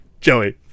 Joey